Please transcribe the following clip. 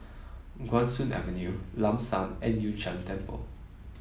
Guan Soon Avenue Lam San and Yun Shan Temple